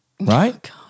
right